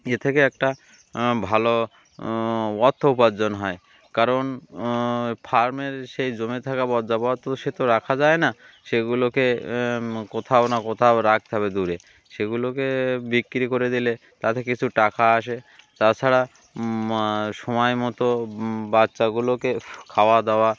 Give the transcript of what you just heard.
এ থেকে একটা ভালো অর্থ উপার্জন হয় কারণ ফার্মের সেই জমে থাকা বজ্রাপাত ত সে তো রাখা যায় না সেগুলোকে কোথাও না কোথাও রাখতে হবে দূরে সেগুলোকে বিক্রি করে দিলে তাতে কিছু টাকা আসে তাছাড়া সময় মতো বাচ্চাগুলোকে খাওয়া দাওয়া